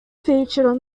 featured